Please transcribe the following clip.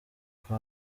ako